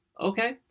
Okay